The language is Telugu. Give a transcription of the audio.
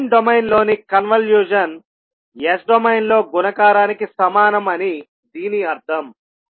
టైమ్ డొమైన్లోని కన్విలేషన్ S డొమైన్లో గుణకారానికి సమానం అని దీని అర్థం